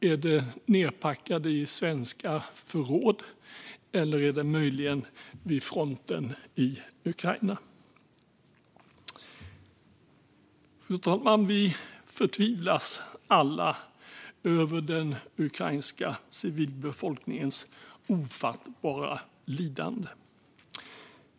Är det nedpackade i svenska förråd eller är det möjligen vid fronten i Ukraina? Fru talman! Vi förtvivlas alla över den ukrainska civilbefolkningens ofattbara lidande.